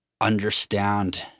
understand